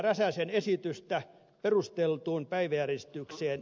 räsäsen esitystä perustelluksi päiväjärjestykseen